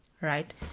right